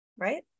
Right